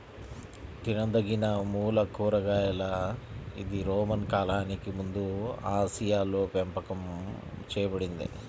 తినదగినమూల కూరగాయ ఇది రోమన్ కాలానికి ముందుఆసియాలోపెంపకం చేయబడింది